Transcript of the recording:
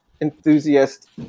enthusiast